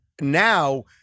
now